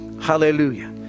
hallelujah